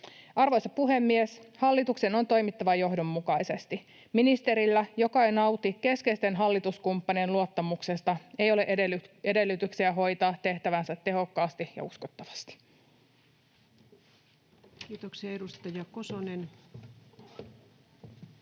Arvoisa puhemies! Hallituksen on toimittava johdonmukaisesti. Ministerillä, joka ei nauti keskeisten hallituskumppanien luottamusta, ei ole edellytyksiä hoitaa tehtäväänsä tehokkaasti ja uskottavasti. [Speech 129] Speaker: